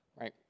right